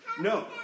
No